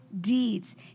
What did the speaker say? deeds